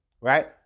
right